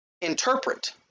interpret